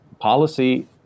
policy